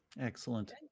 Excellent